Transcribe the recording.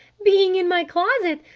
being in my closet.